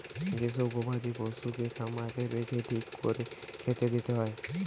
যে সব গবাদি পশুগুলাকে খামারে রেখে ঠিক কোরে খেতে দিতে হয়